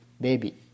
baby